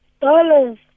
Dollars